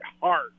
heart